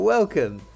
Welcome